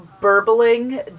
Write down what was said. burbling